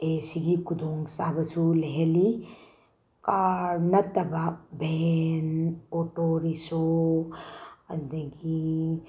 ꯑꯦꯁꯤꯒꯤ ꯈꯨꯗꯣꯡꯆꯥꯕꯁꯨ ꯂꯩꯍꯜꯂꯤ ꯀꯥꯔ ꯅꯠꯇꯕ ꯚꯦꯟ ꯑꯣꯇꯣ ꯔꯤꯁꯣ ꯑꯗꯒꯤ